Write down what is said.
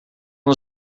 een